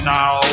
now